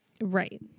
Right